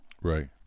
Right